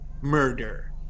murder